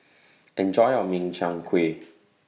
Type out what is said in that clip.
Enjoy your Min Chiang Kueh